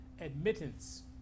admittance